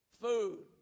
food